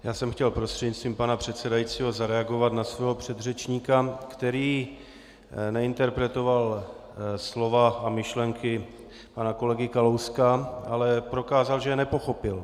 Já jsem chtěl prostřednictvím pana předsedajícího zareagovat na svého předřečníka, který neinterpretoval slova a myšlenky pana kolegy Kalouska, ale prokázal, že je nepochopil.